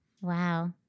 Wow